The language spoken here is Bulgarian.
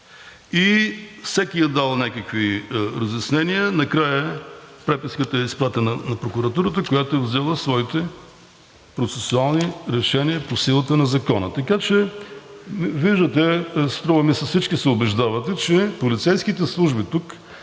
И всеки е дал някакви разяснения, накрая преписката е изпратена на прокуратурата, която е взела своите процесуални решения по силата на закона. Така че виждате, струва ми се всички се убеждавате, че полицейските служби тук